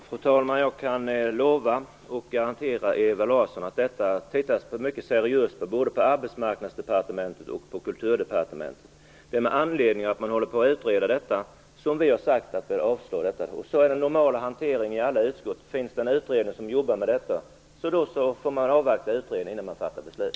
Fru talman! Jag kan lova och garantera Ewa Larsson att både Arbetsmarknadsdepartementet och Kulturdepartementet tittar mycket seriöst på detta. Det är med anledning av att man håller på att utreda detta som vi har sagt att vi bör avslå motionen. Så är den normala hanteringen i alla utskott. Finns det en utredning som jobbar med en fråga får man avvakta utredningen innan man fattar beslut.